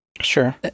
Sure